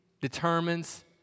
determines